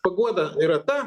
paguoda yra ta